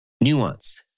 Nuance